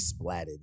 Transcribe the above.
splatted